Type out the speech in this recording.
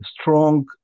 strong